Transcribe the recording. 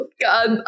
god